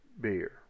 beer